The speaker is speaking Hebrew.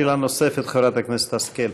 שאלה נוספת, חברת הכנסת השכל.